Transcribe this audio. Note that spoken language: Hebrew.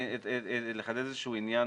לחדד עניין